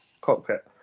cockpit